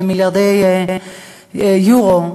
במיליארדי יורו,